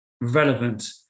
relevant